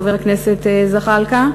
חבר הכנסת זחאלקה,